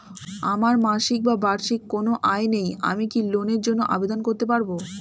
আমার মাসিক বা বার্ষিক কোন আয় নেই আমি কি লোনের জন্য আবেদন করতে পারব?